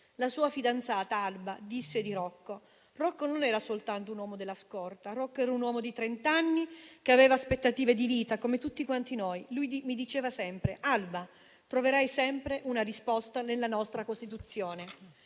La sua fidanzata Alba disse di lui: «Rocco non era soltanto un uomo della scorta, Rocco era un uomo di trent'anni anni che aveva aspettative di vita, come tutti quanti noi. Lui mi diceva sempre: Alba, troverai sempre una risposta nella nostra Costituzione».